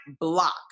block